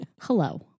Hello